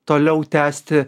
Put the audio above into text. toliau tęsti